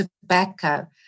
tobacco